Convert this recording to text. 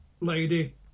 lady